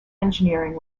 engineering